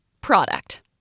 product